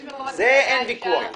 על זה אין ויכוח.